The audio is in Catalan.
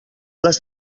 les